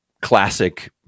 classic